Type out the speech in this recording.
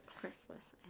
Christmas